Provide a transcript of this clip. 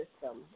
system